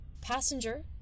Passenger